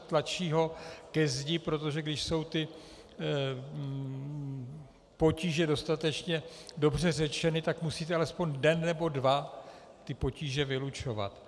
Tlačí ho ke zdi, protože když jsou ty potíže dostatečně dobře řečeny, tak musíte alespoň den nebo dva ty potíže vylučovat.